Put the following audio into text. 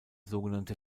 sogenannte